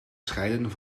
scheiden